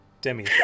Demi